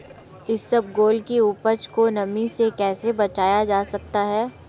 इसबगोल की उपज को नमी से कैसे बचाया जा सकता है?